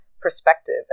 perspective